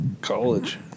college